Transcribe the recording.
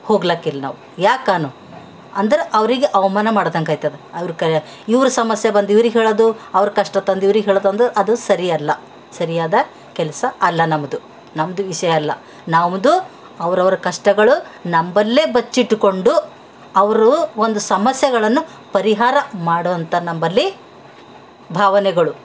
ಹೋಗ್ಲಿಕಿಲ್ ನಾವು ಯಾಕಾನು ಅಂದ್ರೆ ಅವ್ರಿಗೆ ಅವಮಾನ ಮಾಡ್ದಂಗೆ ಆಯ್ತದೆ ಅವ್ರ ಕ ಇವ್ರ ಸಮಸ್ಯೆ ಬಂದು ಇವ್ರಿಗೆ ಹೇಳೋದು ಅವ್ರ ಕಷ್ಟ ತಂದು ಇವ್ರಿಗೆ ಹೇಳೋದು ಒಂದು ಅದು ಸರಿಯಲ್ಲ ಸರಿಯಾದ ಕೆಲಸ ಅಲ್ಲ ನಮ್ಮದು ನಮ್ಮದು ವಿಷ್ಯ ಅಲ್ಲ ನಮ್ಮದು ಅವರವ್ರ ಕಷ್ಟಗಳು ನಂಬಲ್ಲೇ ಬಚ್ಚಿಟ್ಕೊಂಡು ಅವರು ಒಂದು ಸಮಸ್ಯೆಗಳನ್ನು ಪರಿಹಾರ ಮಾಡುತ ನಂಬಳಿ ಭಾವನೆಗಳು